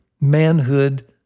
manhood